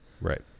Right